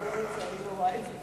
1921, 1926, 1927, 1930, 1940, 1941